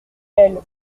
elle